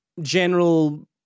general